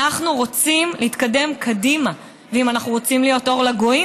אנחנו רוצים להתקדם קדימה ואם אנחנו רוצים להיות אור לגויים,